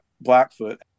Blackfoot